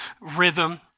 rhythm